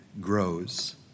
grows